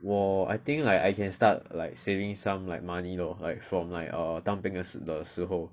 我 I think like I can start like saving some like money you know like from like err 当兵的时候